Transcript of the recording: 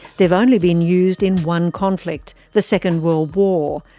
they've only been used in one conflict, the second world war,